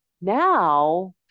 Now